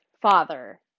father